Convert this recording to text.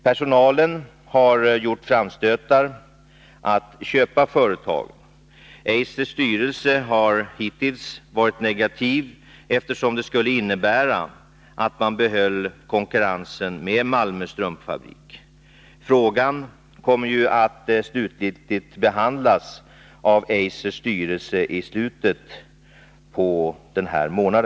Personalen har gjort framstötar om att få köpa företaget. Eisers styrelse har hittills varit negativ, eftersom det skulle innebära att man behöll konkurrensen med Malmö Strumpfabrik. Frågan kommer att slutgiltigt behandlas av Eisers styrelse i slutet av denna månad.